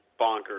bonkers